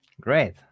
Great